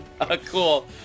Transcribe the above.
Cool